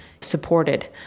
supported